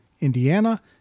Indiana